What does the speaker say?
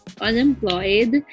unemployed